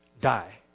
die